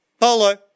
Polo